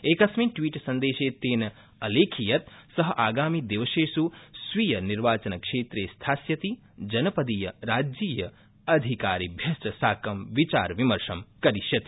एकस्मिन् ट्वीट् सन्देशे तेन अलेखि यत् स आगामिदिवसेसु स्वकीय निर्वाचनक्षेत्रे स्थास्यति जनपदीय राज्ययीय अधिकारिभ्यश्च साक विचार विमर्श करिष्यति